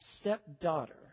stepdaughter